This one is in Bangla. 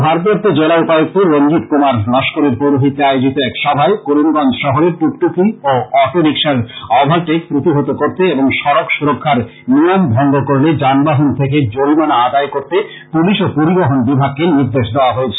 ভারপ্রাপ্ত জেলা উপায়ুক্ত রণজিৎ কুমার লস্করের পৌরহিত্যে আয়োজিত এক সভায় করিমগঞ্জ শহরে টুকটুকি ও অটো রিক্সার অভারটেক প্রতিহত করতে এবং সড়ক সুরক্ষার নিয়ম ভঙ্গ করলে যানবাহন থেকে জরিমানা আদায় করতে পুলিশ ও পরিবহন বিভাগকে নির্দেশ দেওয়া হয়েছে